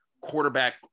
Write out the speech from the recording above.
quarterback